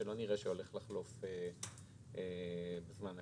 שלא נראה שהולך לחלוף בזמן הקרוב.